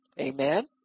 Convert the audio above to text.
Amen